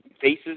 faces